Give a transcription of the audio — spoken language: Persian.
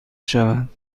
شود